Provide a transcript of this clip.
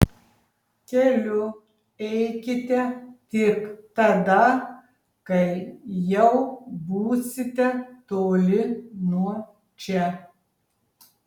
keliu eikite tik tada kai jau būsite toli nuo čia